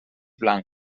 blanc